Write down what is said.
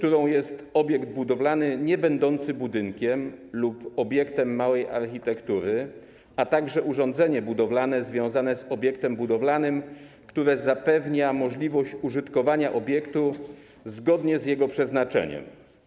Budowlą jest obiekt budowlany niebędący budynkiem lub obiektem małej architektury, a także urządzenie budowlane związane z obiektem budowlanym, które zapewnia możliwość użytkowania obiektu zgodnie z jego przeznaczeniem.